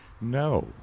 No